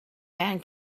man